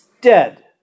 dead